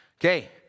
Okay